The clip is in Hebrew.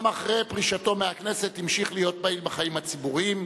גם אחרי פרישתו מהכנסת המשיך להיות פעיל בחיים הציבוריים,